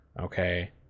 Okay